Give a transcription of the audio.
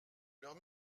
leurs